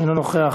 אינו נוכח.